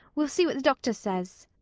we'll see what the doctor says.